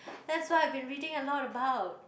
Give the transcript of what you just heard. that's why I been reading a lot about